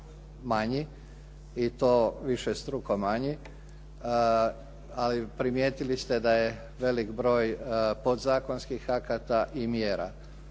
manji i to višestruko manji, ali primijetili ste da je veliki broj podzakonskih akata i mjera.